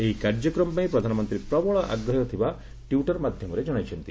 ଏହି କାର୍ଯ୍ୟକ୍ରମ ପାଇଁ ପ୍ରଧାନମନ୍ତ୍ରୀ ପ୍ରବଳ ଆଗ୍ରହ ଥିବା ଟିଟର ମାଧ୍ୟମରେ ଜଣାଇଛନ୍ତି